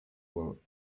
will